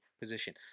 position